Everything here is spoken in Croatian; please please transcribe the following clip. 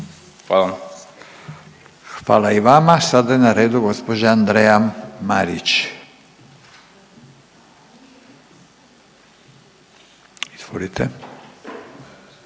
Hvala i vama. Sada je na redu gospođa Andreja Marić.